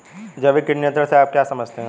जैविक कीट नियंत्रण से आप क्या समझते हैं?